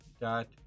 dot